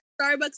Starbucks